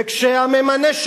וכשהממנה שלו,